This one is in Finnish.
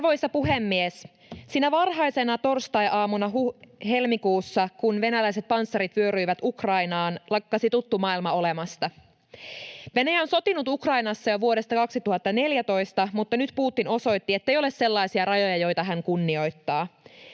Arvoisa puhemies! Sinä varhaisena torstaiaamuna helmikuussa, kun venäläiset panssarit vyöryivät Ukrainaan, lakkasi tuttu maailma olemasta. Venäjä on sotinut Ukrainassa jo vuodesta 2014, mutta nyt Putin osoitti, ettei ole sellaisia rajoja, joita hän kunnioittaa.